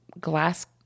glass